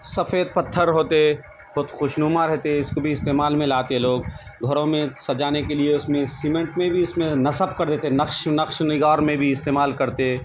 سفید پتھر ہوتے بہت خوش نما رہتے اس کو بھی استعمال میں لاتے لوگ گھروں میں سجانے کے لیے اس میں سمینٹ میں بھی اس میں نصب کر دیتے نقش نقش نگار میں بھی استعمال کرتے